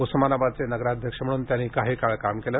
उस्मानाबादचे नगराध्यक्ष म्हणून त्यांनी काही काळ काम केले